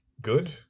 good